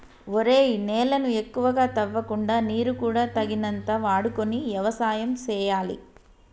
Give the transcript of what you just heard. ఒరేయ్ నేలను ఎక్కువగా తవ్వకుండా నీరు కూడా తగినంత వాడుకొని యవసాయం సేయాలి